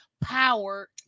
power